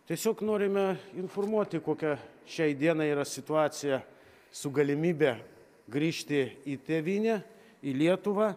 tiesiog norime informuoti kokia šiai dienai yra situacija su galimybe grįžti į tėvynę į lietuvą